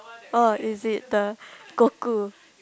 oh is it the cuckoo